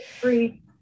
free